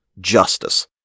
justice